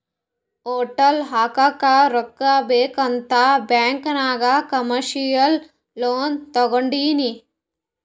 hotel ಹಾಕ್ಲಕ್ ರೊಕ್ಕಾ ಬೇಕ್ ಅಂತ್ ಬ್ಯಾಂಕ್ ನಾಗ್ ಕಮರ್ಶಿಯಲ್ ಲೋನ್ ತೊಂಡಿನಿ